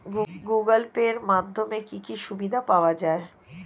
Google Pay এর মাধ্যমে কি কি সুবিধা পাওয়া যায়?